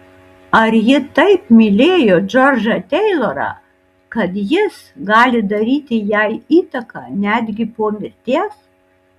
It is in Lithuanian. ar ji taip mylėjo džordžą teilorą kad jis gali daryti jai įtaką netgi po mirties